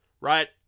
Right